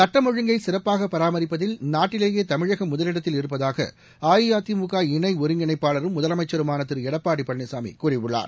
சட்டம் ஓழுங்கை சிறப்பாக பராமரிப்பதில் நாட்டிலேயே தமிழகம் முதலிடத்தில் இருப்பதாக அஇஅதிமுக இணை ஒருங்கிணைப்பாளரும் முதலமைச்சருமான திரு எடப்பாடி பழனிசாமி கூறியுள்ளார்